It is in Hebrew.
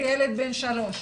וילד בן שלוש.